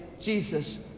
Jesus